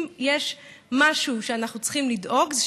אם יש משהו שאנחנו צריכים לדאוג לו זה